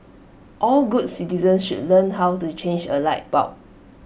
all good citizens should learn how to change A light bulb